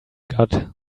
got